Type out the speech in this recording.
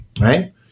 right